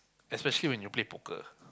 especially when you play poker